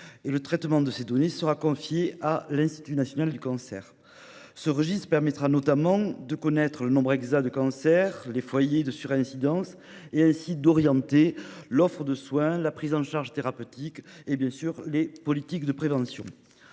Le traitement de ces données sera confié à l'Institut national du cancer. Ce registre permettra notamment de connaître le nombre exact de cancers et les foyers de surincidence et ainsi d'orienter l'offre de soins, la prise en charge thérapeutique et, bien sûr, les politiques de prévention.